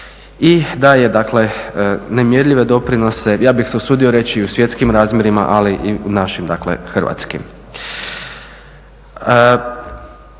i daje dakle nemjerljive doprinose, ja bih se usudio reći i u svjetskim razmjerima ali i u našim dakle hrvatskim.